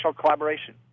collaboration